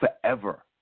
forever